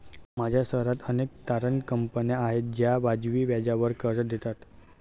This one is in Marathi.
माझ्या शहरात अनेक तारण कंपन्या आहेत ज्या वाजवी व्याजावर कर्ज देतात